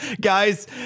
Guys